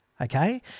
okay